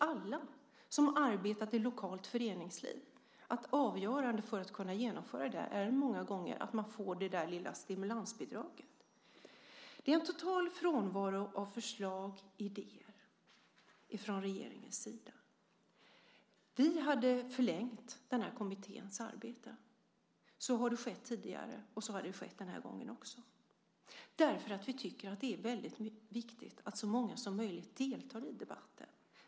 Alla som har arbetat i lokalt föreningsliv vet att det många gånger är avgörande att man får det där lilla stimulansbidraget för att man ska kunna genomföra det här. Det är en total frånvaro av förslag och idéer från regeringens sida. Vi hade förlängt den här kommitténs arbete. Så har skett tidigare, och så hade skett också den här gången. Vi tycker nämligen att det är väldigt viktigt att så många som möjligt deltar i debatten.